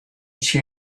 she